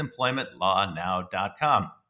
employmentlawnow.com